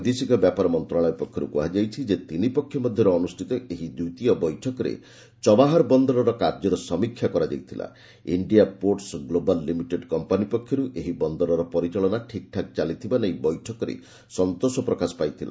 ବୈଦେଶିକ ବ୍ୟାପାର ମନ୍ତ୍ରଶାଳୟ ପକ୍ଷରୁ କୁହାଯାଇଛି ଯେ ତିନି ପକ୍ଷ ମଧ୍ୟରେ ଅନୁଷ୍ଠିତ ଏହି ଦ୍ୱିତୀୟ ବୈଠକରେ ଚବାହାର ବନ୍ଦରର କାର୍ଯ୍ୟର ସମୀକ୍ଷା କରାଯାଇଥିଲା India Ports Global Limited company ପକ୍ଷରୁ ଏହି ବନ୍ଦରର ପରିଚାଳନା ଠିକ୍ଠାକ୍ ଚାଲିଥିବା ନେଇ ବୈଠକରେ ସନ୍ତୋଷ ପ୍ରକାଶ ପାଇଥିଲା